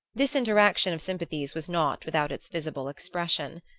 this interaction of sympathies was not without its visible expression.